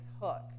hook